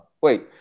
Wait